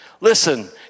Listen